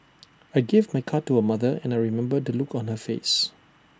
I gave my card to her mother and I remember the look on her face